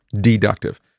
deductive